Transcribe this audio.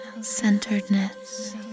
centeredness